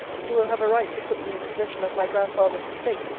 who will have a right to put me in possession of my grandfather's estate,